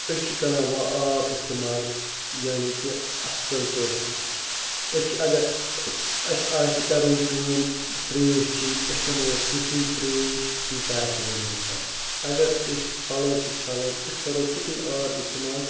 أسۍ چھِ کَران وۄنۍ آب اِستعمال یعنی کہِ اَصٕل پٲٹھۍ أسۍ چھِ اگر اَسہِ آسہِ کَرٕنۍ کٲم ترٛیش چیٚںۍ أسۍ چٮ۪مو تِژٕے ترٛیش ییٖژاہ اَسہِ لٔجمٕژ آسہِ اَگر أسۍ پَلو چھِ چھَلٕنۍ أسۍ کَرو تیُتُے آب اِستعمال